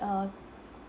um